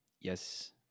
Yes